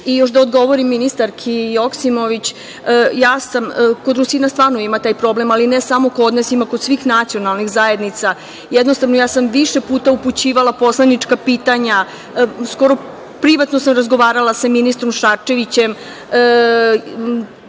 bolje. Još da odgovorim ministarki Joksimović. Kod Rusina stvarno ima taj problem, ali ne samo kod nas, ima kod svih nacionalnih zajednica. Jednostavno, ja sam više puta upućivala poslanička pitanja. Privatno sam razgovarala sa ministrom Šarčevićem.